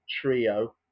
trio